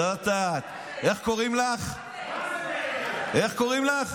זאת את, איך קוראים לך, איך קוראים לך?